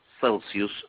Celsius